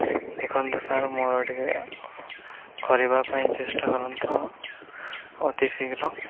ଦେଖନ୍ତୁ ସାର୍ ମୋର ଟିକେ କରିବା ପାଇଁ ଚେଷ୍ଟା କରନ୍ତୁ ଅତି ଶୀଘ୍ର